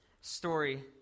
story